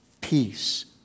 peace